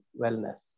wellness